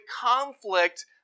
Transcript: conflict